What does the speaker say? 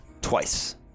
twice